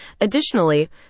additionally